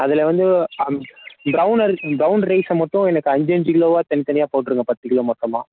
அதில் வந்து ப்ரவுன் அரிசி ப்ரவுன் ரைஸை மட்டும் எனக்கு அஞ்சு அஞ்சு கிலோவாக தனி தனியாக போட்டுருங்க பத்து கிலோ மொத்தமாக